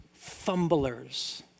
fumblers